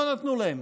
לא נתנו להם.